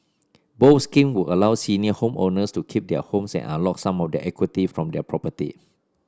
both scheme would allow senior homeowners to keep their homes and unlock some of the equity from their property